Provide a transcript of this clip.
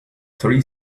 three